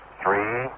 three